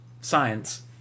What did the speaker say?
science